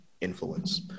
influence